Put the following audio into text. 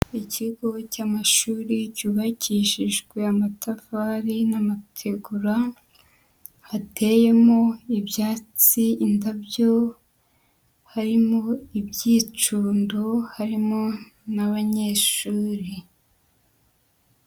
Ikigo cy'amashuri cyubakishijwe amatafari n'amategura, hateyemo ibyatsi, indabyo, harimo ibyicundo, harimo n'abanyeshuri.